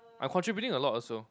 I'm contributing a lot also